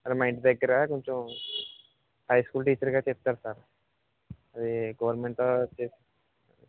అదే మా ఇంటి దగ్గర కొంచెం హై స్కూల్ టీచర్గా చెప్తారు సార్ అదీ గవర్నమెంట్